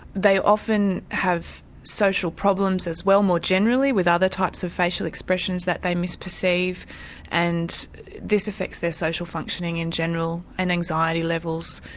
they often have social problems as well, more generally with other types of facial expressions that they mis-perceive and this affects their social functioning in general and anxiety levels.